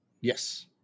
Yes